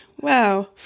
wow